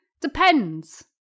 Depends